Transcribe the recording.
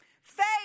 faith